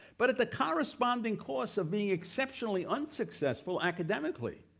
but at the corresponding cost of being exceptionally unsuccessful academically,